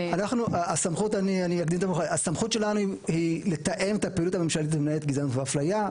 הסמכות שלנו היא לתאם את הפעילות הממשלתית בענייני גזענות ואפליה.